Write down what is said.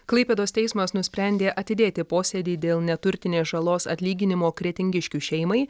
klaipėdos teismas nusprendė atidėti posėdį dėl neturtinės žalos atlyginimo kretingiškių šeimai